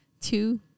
two